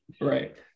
right